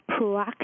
proactive